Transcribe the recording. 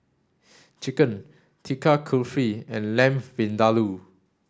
Chicken Tikka Kulfi and Lamb Vindaloo